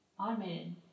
Automated